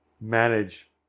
manage